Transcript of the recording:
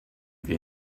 wir